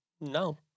no